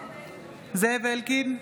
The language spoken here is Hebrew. זאב אלקין,